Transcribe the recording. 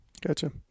Gotcha